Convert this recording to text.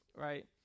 Right